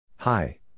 Hi